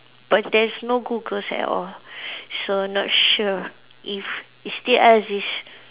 but there's no Google at all so not sure if it still exist